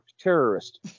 terrorist